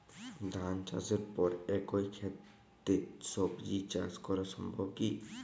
ধান চাষের পর একই ক্ষেতে সবজি চাষ করা সম্ভব কি?